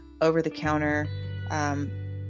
over-the-counter